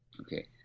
okay